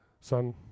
son